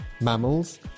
Mammals